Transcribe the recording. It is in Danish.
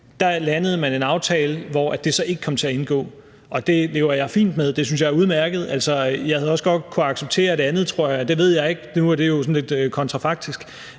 landede en aftale, hvor det så ikke kom til at indgå, og det lever jeg fint med, og det synes jeg er udmærket. Altså, jeg havde også godt kunnet acceptere det andet, tror jeg, eller det ved jeg ikke, for nu er det jo sådan lidt kontrafaktisk.